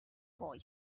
boy